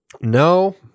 No